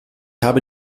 habe